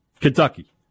Kentucky